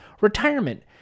Retirement